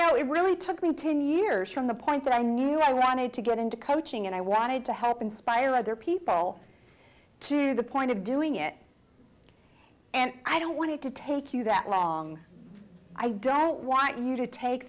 know it really took me ten years from the point that i knew i wanted to get into coaching and i wanted to help inspire other people to the point of doing it and i don't want it to take you that long i don't want you to take